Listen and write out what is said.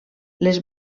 les